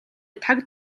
таг